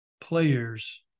players